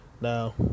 Now